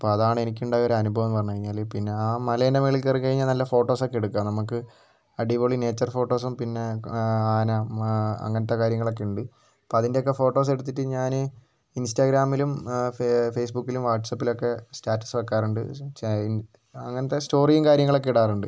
അപ്പോൾ അതാണ് എനിക്കുണ്ടായ ഒരു അനുഭവം എന്ന് പറഞ്ഞു കഴിഞ്ഞാൽ പിന്നെ ആ മലയിന്റെ മുകളിൽ കയറി കഴിഞ്ഞാൽ നല്ല ഫോട്ടോസ് ഒക്കെ എടുക്കാം നമുക്ക് അടിപൊളി നേച്ചർ ഫോട്ടോസും പിന്നെ ആന അങ്ങനത്തെ കാര്യങ്ങൾ ഒക്കെയുണ്ട് അപ്പോൾ അതിന്റെ ഒക്കെ ഫോട്ടോസ് എടുത്തിട്ട് ഞാൻ ഇൻസ്റ്റാഗ്രാമിലും ഫേസ്ബുക്കിലും വാട്സാപ്പിലൊക്കെ സ്റ്റാറ്റസ് വെക്കാറുണ്ട് അങ്ങനത്തെ സ്റ്റോറിയും കാര്യങ്ങളും ഒക്കെ ഇടാറുണ്ട്